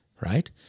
right